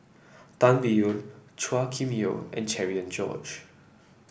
Tan Biyun Chua Kim Yeow and Cherian George